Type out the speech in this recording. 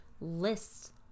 lists